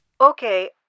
Okay